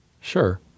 Sure